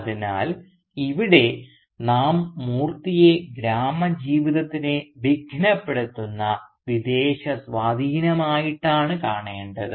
അതിനാൽ ഇവിടെ നാം മൂർത്തിയെ ഗ്രാമീണ ജീവിതത്തിനെ വിഘ്നപ്പെടുത്തുന്ന വിദേശ സ്വാധീനമായിട്ടാണ് കാണേണ്ടത്